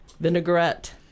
vinaigrette